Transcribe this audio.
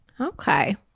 Okay